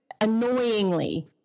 annoyingly